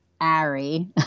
Ari